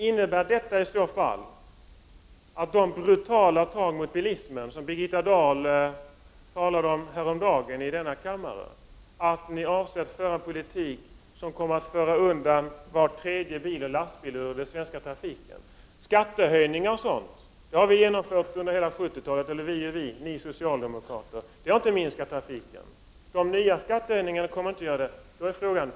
Innebär det i så fall de brutala tag mot bilismen, som Birgitta Dahl häromdagen talade om i denna kammare, och att ni avser att föra en politik, som kommer att föra undan var tredje bil och lastbil ur den svenska trafiken? Skattehöjningar och dylikt har ni socialdemokrater infört under hela 70 talet. Det har inte minskat trafiken. De nya skattehöjningarna kommer inte heller att göra det.